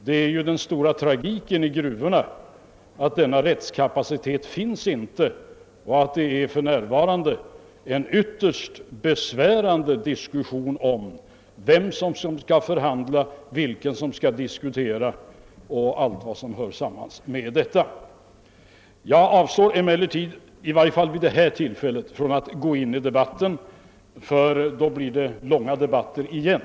Det är ju den stora tragiken i gruvorna att denna rättskapacitet inte finns och att det för närvarande är en ytterst besvärande diskussion om vem som skall förhandla, vilka det är som skall diskutera och allt vad som hör samman med detta. Jag avstår emellertid i varje fall vid detta tillfälle att gå in i debatten, ty då blir det långa debatter igen.